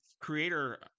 creator